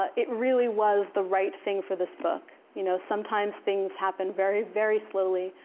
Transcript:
it really was the right thing for this book. you know sometimes, things happen very, very slowly.